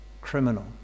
criminal